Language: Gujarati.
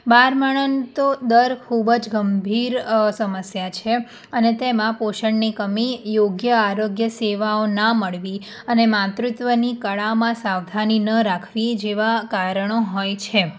બાળમરણ તો દર ખૂબ જ ગંભીર સમસ્યા છે અને તેમાં પોષણની કમી યોગ્ય આરોગ્ય સેવાઓ ન મેળવી અને માતૃત્વની કળામાં સાવધાની ન રાખવી જેવાં કારણો હોય છે